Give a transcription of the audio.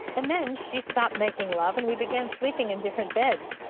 and then she stopped making love, and we began sleeping in different beds.